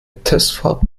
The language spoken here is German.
testfahrt